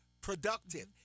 Productive